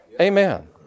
Amen